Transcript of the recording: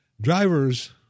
Drivers